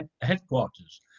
headquarters